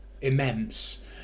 immense